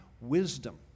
wisdom